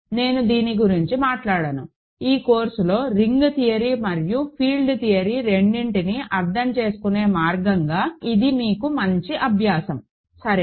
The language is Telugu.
నేను దీని గురించి మాట్లాడను ఈ కోర్సులోని రింగ్ థియరీ మరియు ఫీల్డ్ థియరీ రెండింటినీ అర్థం చేసుకునే మార్గంగా ఇది మీకు మంచి అభ్యాసం సరే